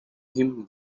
him